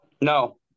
No